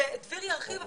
דביר ירחיב,